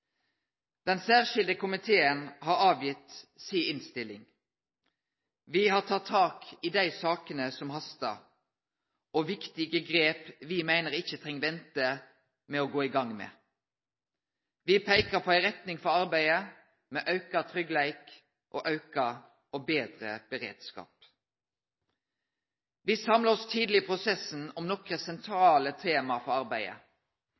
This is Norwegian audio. Den særskilte komité har kome med si innstilling. Me har teke tak i dei sakene som hastar, og teke viktige grep me meiner me ikkje treng vente med å gå i gang med. Me peiker på ei retning for arbeidet med auka tryggleik og auka og betre beredskap. Me samla oss tidleg i prosessen om nokre sentrale tema for arbeidet: